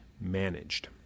managed